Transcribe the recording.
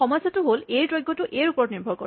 সমস্যাটো হ'ল এ ৰ দৈৰ্ঘটো এ ৰ ওপৰতে নিৰ্ভৰ কৰে